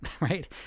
right